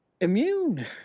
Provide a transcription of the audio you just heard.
immune